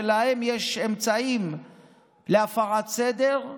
ולהם יש אמצעים להפרת סדר,